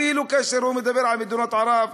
אפילו כאשר הוא מדבר על מדינות ערב,